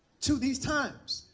to these times.